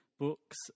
books